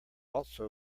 also